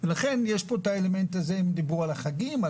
דברו על החגים,